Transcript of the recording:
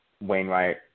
Wainwright